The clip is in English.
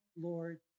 Lord